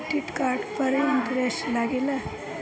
Credit card पर interest लागेला?